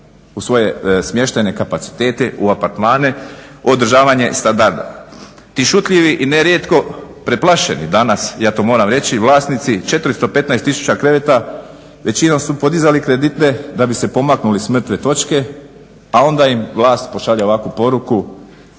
u svoje smještajne kapacitete, u apartmane, u održavanje standarda. Ti šutljivi i nerijetko preplašeni danas ja to moram reći vlasnici 415000 kreveta većinom su podizali kredite da bi se pomaknuli s mrtve točke, a onda im vlast pošalje ovakvu poruku